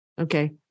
Okay